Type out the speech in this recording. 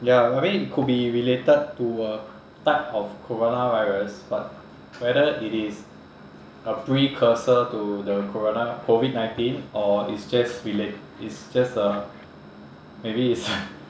ya I mean it could be related to a type of coronavirus but whether it is a precursor to the corona~ COVID nineteen or it's just rela~ it's just a maybe it's